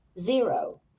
zero